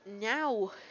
now